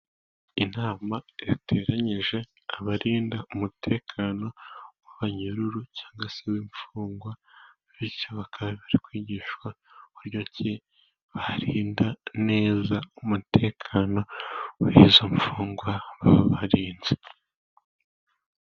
Inama yateranyije abarinda umutekano w'abanyururu cyangwa se w'imfungwa, bityo bakabasha kwigishwa buryo ki barinda neza umutekano w'izo mfungwa, baba baririnze.